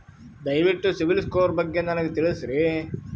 ದಯವಿಟ್ಟು CIBIL score ಬಗ್ಗೆ ನನಗ ತಿಳಸರಿ?